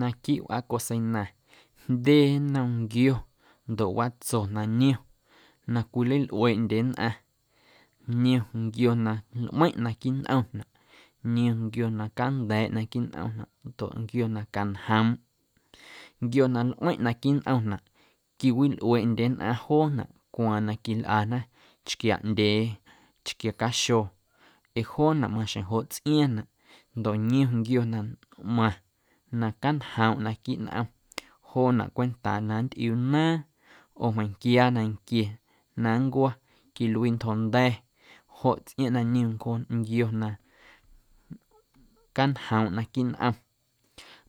Naquiiꞌ wꞌaa coseina jndye nnom nquio ndoꞌ watso na niom na cwilalꞌueeꞌndye nnꞌaⁿ niom nquio na nꞌmeiⁿꞌ naquiiꞌ nꞌomnaꞌ, niom nquio na canda̱ꞌ naquiiꞌ nꞌomnaꞌ ndoꞌ nquio na canjoomꞌ, nquio na nꞌmeiⁿꞌ naquiiꞌ nꞌomnaꞌ quiwilꞌueeꞌndye nnꞌaⁿ joonaꞌ cwaaⁿ na quilꞌana chquiaaꞌndyee, chquiaa caxo ee jonaꞌ maxjeⁿ joꞌ tsꞌiaaⁿnaꞌ ndoꞌ niom nquio na ntꞌmaⁿ na canjoomꞌ naquiiꞌ nꞌom joonaꞌ cwentaaꞌ na nntꞌiuu naaⁿ oo meiⁿnquia nanquie na nncwo̱, quiluii ntjonda̱ joꞌ tsꞌiaⁿꞌ na niom ncjo nquio na canjoomꞌ naquiiꞌ nꞌom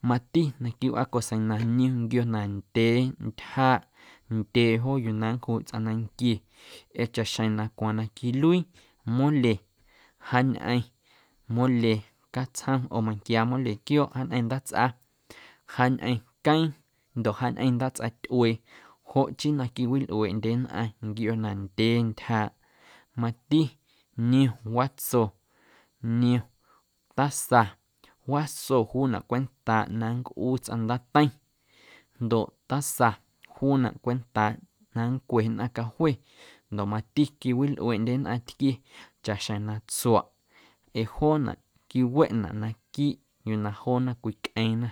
mati naquiiꞌ wꞌaa coseina niom nquio na ndyee ntyjaaꞌ na ndyee yuu na nncjuꞌ tsꞌaⁿ nanquie ee chaꞌxjeⁿ na cwaaⁿ na quiluii mole jaañꞌeⁿ mole catsjom oo meiⁿnquia mole quiooꞌ jaañꞌeⁿ ndaatsꞌa, jaañꞌeⁿ queeⁿ ndoꞌ jaañꞌeⁿ ndaatsꞌatyꞌuee joꞌ chii na quiwilꞌueeꞌndye nnꞌaⁿ nquio na ndyee ntyjaaꞌ mati niom watso, niom taza, waso juunaꞌ cwentaaꞌ na nncꞌuu tsꞌaⁿ ndaateiⁿ ndoꞌ taza juunaꞌ cwentaaꞌ na nncue nnꞌaⁿ cajue ndoꞌ mati quiwilꞌueeꞌndye nnꞌaⁿtquie chaꞌxjeⁿ na tsuaꞌ ee joonaꞌ quiweꞌnaꞌ naquiiꞌ yuu na joona cwicꞌeeⁿna.